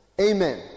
Amen